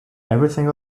everything